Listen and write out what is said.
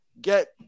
get